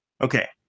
Okay